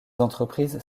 entreprises